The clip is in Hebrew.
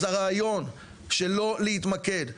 אז הרעיון של לא להתמקד בעידוד,